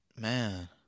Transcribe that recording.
Man